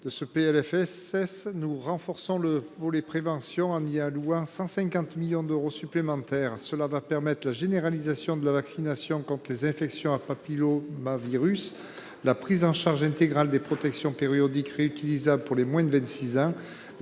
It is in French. sociale visent à renforcer le volet prévention en y allouant 150 millions d’euros supplémentaires. Cela permettra la généralisation de la vaccination contre les infections à papillomavirus, la prise en charge intégrale des protections périodiques réutilisables pour les moins de 26 ans,